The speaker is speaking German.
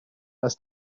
als